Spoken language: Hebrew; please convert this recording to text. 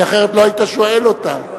כי אחרת לא היית שואל אותה.